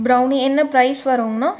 brownie என்ன price வருங்ண்ணா